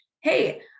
hey